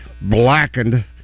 blackened